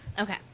Okay